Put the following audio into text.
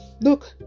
look